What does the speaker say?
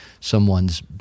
someone's